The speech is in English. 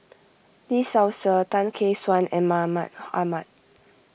Lee Seow Ser Tan Gek Suan and Mahmud Ahmad